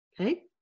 okay